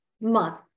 month